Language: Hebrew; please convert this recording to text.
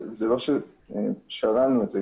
וזה לא ששללנו את זה.